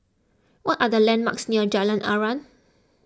what are the landmarks near Jalan Aruan